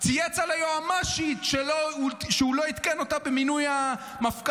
הוא צייץ על היועמ"שית שהוא לא עדכן אותה במינוי המפכ"ל,